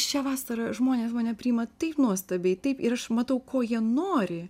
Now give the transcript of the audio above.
šią vasarą žmonės mane priima taip nuostabiai taip ir aš matau ko jie nori